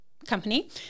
company